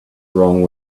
wrong